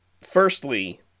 firstly